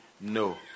no